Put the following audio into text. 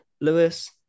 Lewis